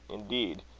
indeed,